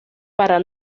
para